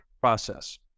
process